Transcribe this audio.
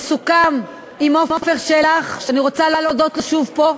וסוכם עם עפר שלח, שאני רוצה להודות לו שוב פה,